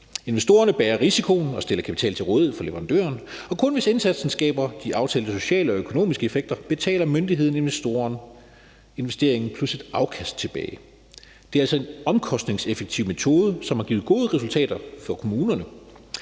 Investorerne bærer risikoen og stiller kapital til rådighed for leverandøren, og kun hvis indsatsen skaber de aftalte sociale og økonomiske effekter, betaler myndighederne investoren dennes investering plus et afkast tilbage. Det er altså en omkostningseffektiv metode, som har givet gode resultater for kommunerne,